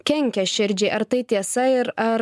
kenkia širdžiai ar tai tiesa ir ar